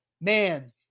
man